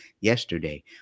yesterday